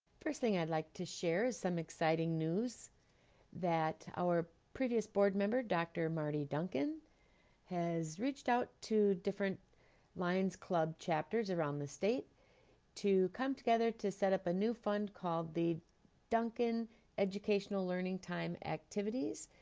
first thing, i'd like to share some exciting news that our previous board member dr. marty duncan has reached out to different lions club chapters around the state to come together to set up a new fund called the duncan educational learning time activities,